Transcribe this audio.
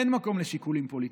אין מקום לשיקולים פוליטיים,